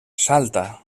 salta